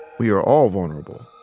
we are all vulnerable.